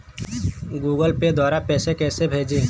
Google Pay द्वारा पैसे कैसे भेजें?